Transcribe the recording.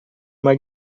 uma